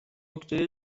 نکته